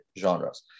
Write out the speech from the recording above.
genres